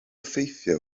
ffeithiau